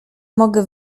mogę